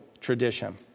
tradition